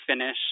finish